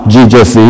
Jesus